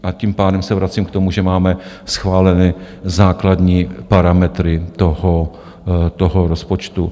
A tím pádem se vracím k tomu, že máme schváleny základní parametry toho rozpočtu.